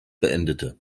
beendete